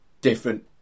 different